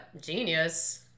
genius